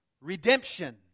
redemption